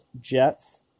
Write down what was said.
Jets